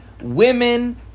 women